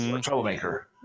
Troublemaker